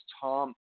Tom